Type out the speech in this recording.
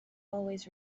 always